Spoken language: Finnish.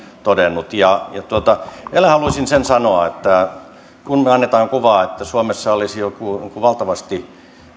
todennut vielä haluaisin sen sanoa että kun annetaan kuvaa että suomessa olisi valtavasti